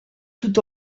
tout